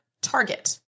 target